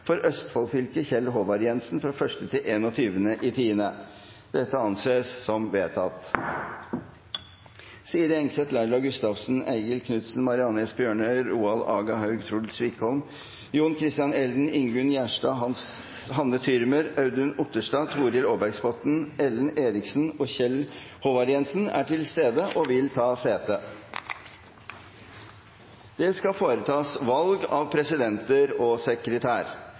Kjell Håvard Jensen 1.-21. oktober Siri Engesæth, Laila Gustavsen, Eigil Knutsen, Marianne S. Bjorøy, Roald Aga Haug, Truls Wickholm, John Christian Elden, Ingunn Gjerstad, Hanne Thürmer, Audun Otterstad, Torhild Aarbergsbotten, Ellen Eriksen og Kjell Håvard Jensen er til stede og vil ta sete. Det skal foretas valg av presidenter og